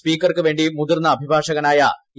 സ്പീക്കർക്കു വേണ്ടി മുതിർന്ന അഭിഭാഷകനായ എ